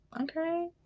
Okay